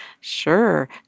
sure